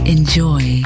Enjoy